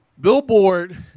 Billboard